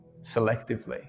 selectively